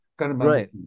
Right